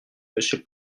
monsieur